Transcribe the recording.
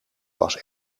was